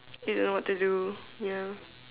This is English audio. you don't know what to do ya